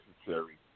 necessary